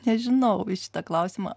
nežinau į šitą klausimą